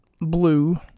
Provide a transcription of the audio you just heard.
Blue